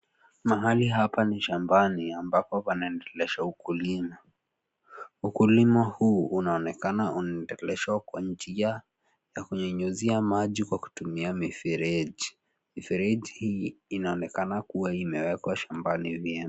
Mahali hapa ni shambani ambapo panaendelesha ukulima. Ukulima huu unaonekana unaendeleshwa kwa njia ya kunyunyizia maji kwa kutumia mifereji. Mifereji hii inaonekana kuwa imekewa shambani vyema.